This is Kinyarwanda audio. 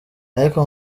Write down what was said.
ariko